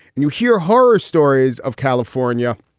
and you hear horror stories of california.